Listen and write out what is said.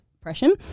oppression